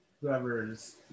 whoever's